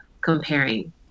comparing